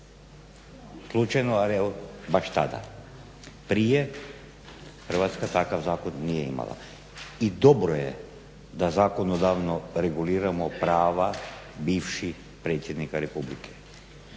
slučajno ali evo baš tada. Prije Hrvatska takav zakon nije imala. I dobro je da zakonodavno reguliramo prava bivših predsjednika republike.